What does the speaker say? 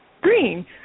green